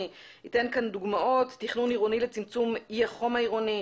אני אתן כאן דוגמאות: תכנון עירוני לצמצום איי החום העירוני,